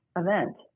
event